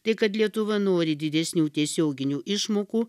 tai kad lietuva nori didesnių tiesioginių išmokų